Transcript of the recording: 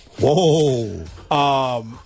whoa